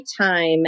time